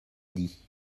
dit